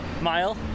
mile